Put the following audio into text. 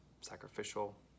sacrificial